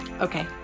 Okay